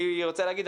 אני רוצה להגיד,